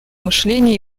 мышления